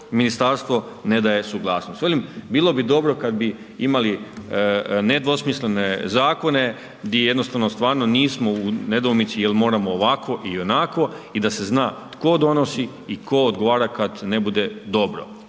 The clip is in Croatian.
ministarstvo ne daje suglasnost. Velim, bilo bi dobro kad bi imali nedvosmislene zakone gdje jednostavno stvarno nismo u nedoumici jel moramo ovako ili onako i da se zna tko donosi i tko odgovara kad ne bude dobro